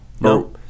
No